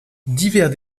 divers